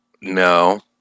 No